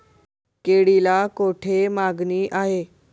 केळीला कोठे मागणी आहे?